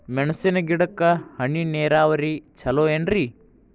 ಮೆಣಸಿನ ಗಿಡಕ್ಕ ಹನಿ ನೇರಾವರಿ ಛಲೋ ಏನ್ರಿ?